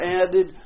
added